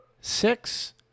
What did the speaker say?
six